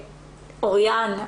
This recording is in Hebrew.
אוריאן,